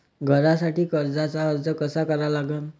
घरासाठी कर्जाचा अर्ज कसा करा लागन?